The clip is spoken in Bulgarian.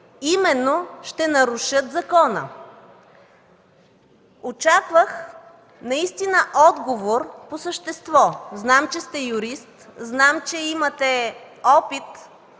именно закона. Очаквах наистина отговор по същество. Знам, че сте юрист. Знам, че имате опит